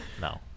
no